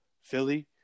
Philly